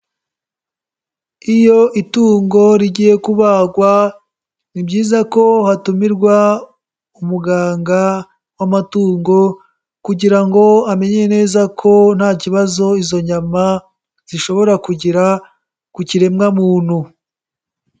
Iyo itungo rigiye kubagwa ni byiza ko hatumirwa umuganga w'amatungo kugira ngo amenye neza ko nta kibazo izo nyama zishobora kugira ku kiremwamuntu.